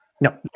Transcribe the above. no